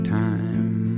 time